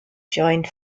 joined